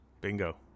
Bingo